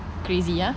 crazy ah